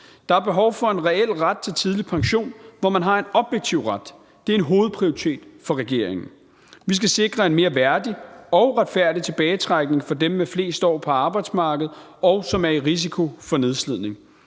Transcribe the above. Der er behov for en reel ret til tidlig pension, hvor man har en objektiv ret. Det er en hovedprioritet for regeringen. Vi skal sikre en mere værdig og retfærdig tilbagetrækning for dem med flest år på arbejdsmarkedet, og som er i risiko for nedslidning.